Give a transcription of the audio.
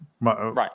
right